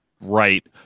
Right